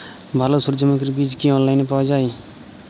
ভালো সূর্যমুখির বীজ কি অনলাইনে পাওয়া যায়?